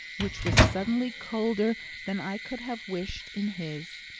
which was suddenly colder than i could have wished, in his,